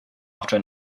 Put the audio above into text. after